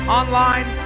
online